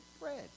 bread